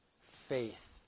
faith